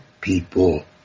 People